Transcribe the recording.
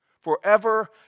forever